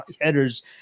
headers